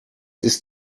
ist